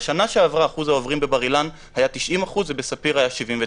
בשנה שבעברה אחוז העוברים בבר אילן היה 90% ובספיר היה 79%,